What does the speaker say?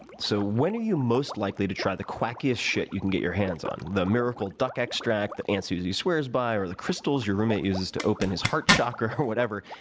so, when are you most likely to try the quackiest shit you can get your hands on? the miracle duck extract that aunt susie swears by or the crystals your roommate uses to open his heart chakra or whatever.